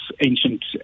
ancient